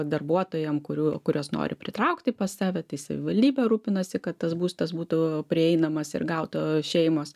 darbuotojam kurių kuriuos nori pritraukti pas save tai savivaldybė rūpinasi kad tas būstas būtų prieinamas ir gautų šeimos